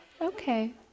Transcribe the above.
okay